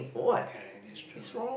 correct that's true